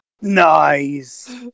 nice